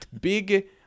big